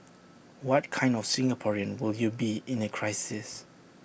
what kind of Singaporean will you be in A crisis